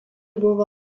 buvo